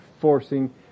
forcing